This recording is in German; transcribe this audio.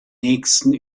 nächsten